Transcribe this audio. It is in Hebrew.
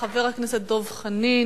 חבר הכנסת דב חנין,